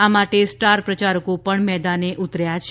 આ માટે સ્ટાર પ્રચારકો પણ મેદાને ઉતર્યા છે